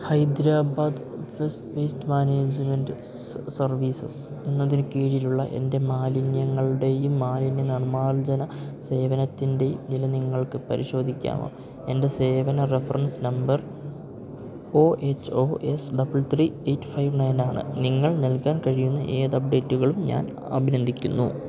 Hyderabad first waste management services എന്നതിന് കീഴിലുള്ള എൻ്റെ മാലിന്യങ്ങളുടെയും മാലിന്യ നിർമ്മാർജ്ജന സേവനത്തിൻ്റെയും നില നിങ്ങൾക്ക് പരിശോധിക്കാമോ എൻ്റെ സേവന reference number O H O S double three eight five നയനാണ് നിങ്ങൾ നൽകാൻ കഴിയുന്ന ഏത് അപ്ഡേറ്റുകളും ഞാൻ അഭിനന്ദിക്കുന്നു